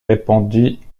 répondit